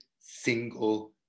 single